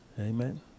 Amen